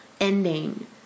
ending